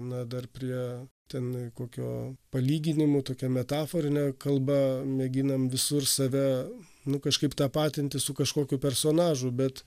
na dar prie tenai kokio palyginimo tokia metaforine kalba mėginam visur save nu kažkaip tapatinti su kažkokiu personažu bet